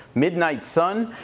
midnight sun,